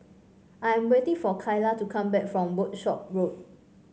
I am waiting for Kyla to come back from Workshop Road